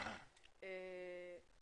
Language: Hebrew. שזה לא יהיה חסם.